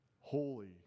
holy